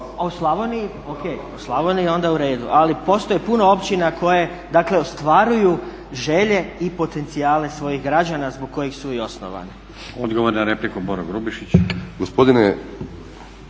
se ne čuje./… o Slavoniji onda u redu, ali postoji puno općina koje dakle ostvaruju želje i potencijale svojih građana zbog kojih su i osnovani. **Stazić, Nenad (SDP)** Odgovor na repliku Boro Grubišić.